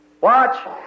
Watch